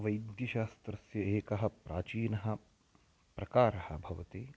वैद्यशास्त्रस्य एकः प्राचीनः प्रकारः भवति